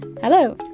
Hello